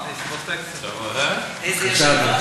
יש פרוטקציה.